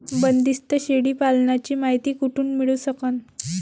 बंदीस्त शेळी पालनाची मायती कुठून मिळू सकन?